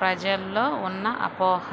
ప్రజల్లో ఉన్న అపోహ